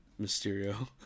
Mysterio